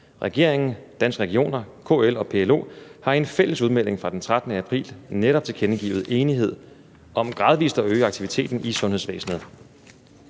Regeringen, Danske Regioner, KL og PLO har i en fælles udmelding fra den 13. april netop tilkendegivet enighed om gradvis at øge aktiviteten i sundhedsvæsenet.